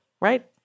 right